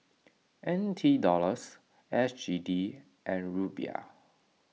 N T Dollars S G D and Ruble